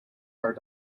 are